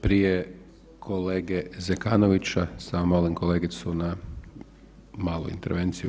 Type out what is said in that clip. Prije kolege Zekanovića, samo molim kolegicu na malu intervenciju.